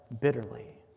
bitterly